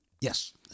Yes